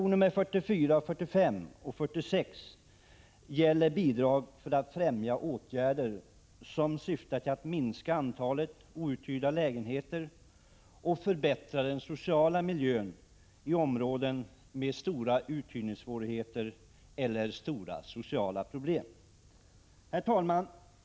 Reservationerna 44, 45 och 46 gäller bidrag för att främja åtgärder som syftar till att minska antalet outhyrda lägenheter och förbättra den sociala miljön i områden med stora uthyrningssvårigheter eller stora sociala problem.